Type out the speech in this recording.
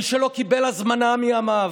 מי שלא קיבל הזמנה מימיו,